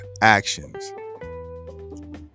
actions